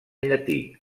llatí